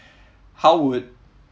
how would